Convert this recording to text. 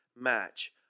match